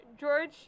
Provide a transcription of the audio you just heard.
George